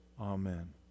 Amen